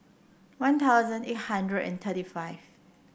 One Thousand eight hundred and thirty five